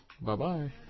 Bye-bye